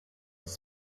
was